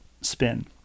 spin